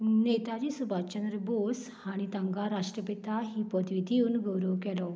नेताजी सुभाषचंद्र बोस हाणीं ताकां राष्ट्रपिता ही पदवी दिवन गौरव केलो